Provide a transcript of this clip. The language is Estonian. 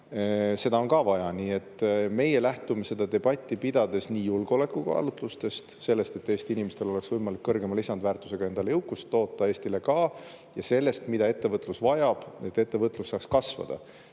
neil on vaja. Nii et meie lähtume seda debatti pidades julgeolekukaalutlustest, sellest, et Eesti inimestel oleks võimalik kõrgema lisandväärtusega endale jõukust toota, Eestile ka, ja sellest, mida ettevõtlus vajab, et see saaks kasvada.